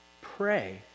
pray